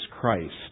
Christ